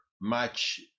match